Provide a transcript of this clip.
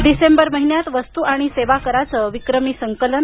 डिसेंबर महिन्यात वस्तू आणि सेवा कराचं विक्रमी संकलन